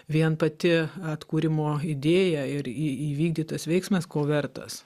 vien pati atkūrimo idėja ir į įvykdytas veiksmas ko vertas